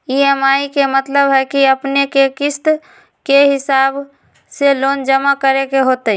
EMI के मतलब है कि अपने के किस्त के हिसाब से लोन जमा करे के होतेई?